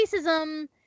racism